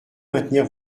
maintenir